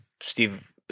Steve